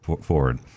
forward